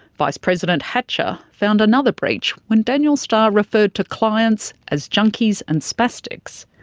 vice president hatcher found another breach when daniel starr referred to clients as junkies and spastics.